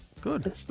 Good